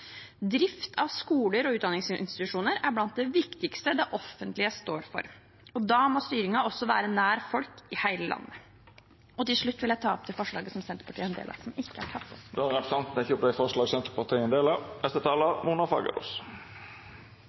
Drift av skoler og utdanningsinstitusjoner er blant det viktigste det offentlige står for, og da må styringen også være nær folk i hele landet. Til slutt vil jeg ta opp det forslaget som Senterpartiet er en del av. Då har representanten Marit Knutsdatter Strand teke opp forslag